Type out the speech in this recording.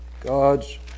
God's